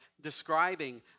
describing